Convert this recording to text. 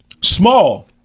Small